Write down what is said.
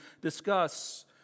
discuss